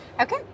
Okay